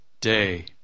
Day